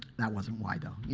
that wasn't why, though.